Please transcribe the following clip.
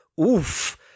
oof